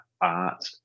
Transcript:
art